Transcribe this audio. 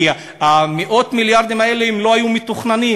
כי מאות המיליארדים האלה לא היו מתוכננים,